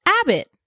Abbott